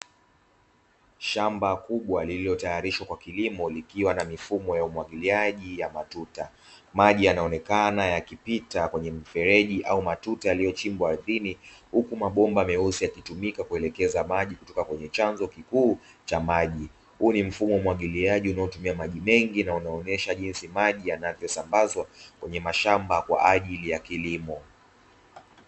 Shamba kubwa lililo tayarishwa kwa kilimo likiwa na mifumo ya umwagiliaji ya matuta maji yanaonekana yakipita kwenye mifereji au matuta yaliyochimbwa ardhini huku mabomba meusi yakitumika kuelekeza maji kutoka kwenye chanzo kikuu cha maji. Huu ni mfumo wa umwagiliaji unaotumia maji mengi, na unaonyesha jinsi maji yanavyosambazwa kwenye mashamba kwa ajili ya kilimo.